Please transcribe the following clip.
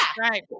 right